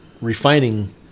refining